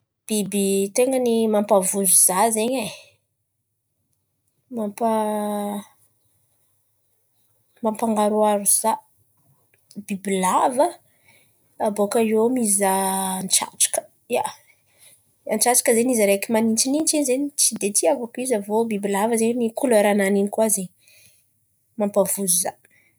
Biby ten̈a mampavozo zah zen̈y, mampangaroaro zah, bibilava, bôka eo mizaha antsantsaka, antsantsaka zen̈y izy araiky manintsinintsy in̈y zay no tsy dia, hitiavako izy. Avy iô bibilava zen̈y koleran'azy in̈y zay mampavozo zah.